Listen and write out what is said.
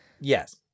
Yes